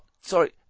sorry